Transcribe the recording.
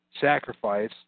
sacrifice